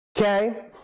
Okay